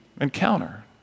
encounter